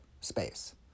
space